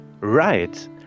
Right